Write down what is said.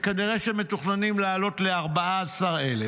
וכנראה שמתוכננים לעלות ל-14,000,